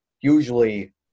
usually